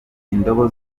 indobo